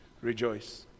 Rejoice